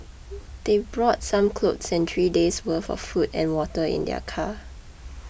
they brought some clothes and three days' worth of food and water in their car